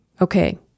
okay